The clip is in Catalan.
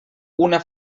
una